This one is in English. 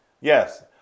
yes